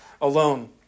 alone